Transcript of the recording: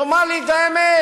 תאמר לי את האמת,